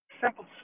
simple